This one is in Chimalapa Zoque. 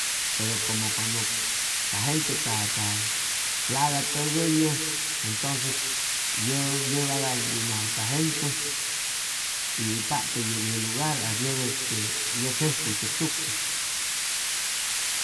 Pero como cuando ca gente caja ca plaga tʉgʉyʉ entʉnces yʉg yʉgaladu winajwʉ ca gente y hʉy patʉ yep ye lugar adyʉg este yʉg jejcuy tzʉcsucʉ